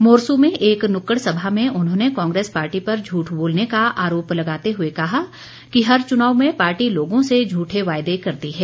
मोरसू में एक नुक्कड़ सभा में उन्होंने कांग्रेस पार्टी पर झठ बोलने का आरोप लगाते हुए कहा कि हर चुनाव में पार्टी लोगों से झूठे वायदे करती है